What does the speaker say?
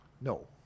No